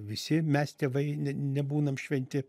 visi mes tėvai ne nebūnam šventi